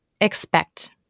expect